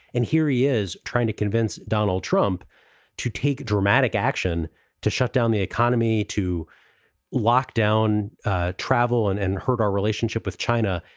and here he is trying to convince donald trump to take dramatic action to shut down the economy, to lock lock down ah travel and and hurt our relationship with china.